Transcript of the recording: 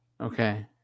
Okay